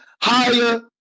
higher